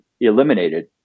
eliminated